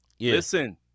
listen